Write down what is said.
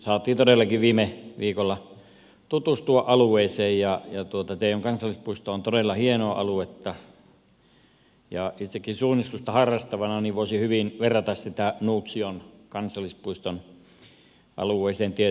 saimme todellakin viime viikolla tutustua alueeseen ja teijon kansallispuisto on todella hienoa aluetta ja itsekin suunnistusta harrastavana voisin hyvin verrata sitä nuuksion kansallispuiston alueeseen tietyiltä osin